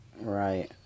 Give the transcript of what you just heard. Right